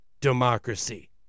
democracy